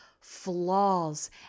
flaws